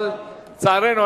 אבל לצערנו,